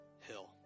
hill